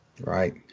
Right